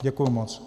Děkuji moc.